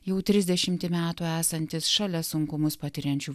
jau trisdešimtį metų esantis šalia sunkumus patiriančių